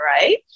right